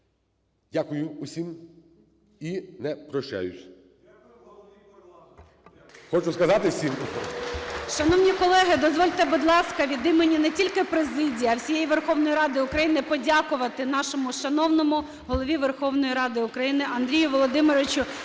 Дякую усім! І не прощаюсь.